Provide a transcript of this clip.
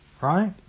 right